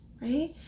Right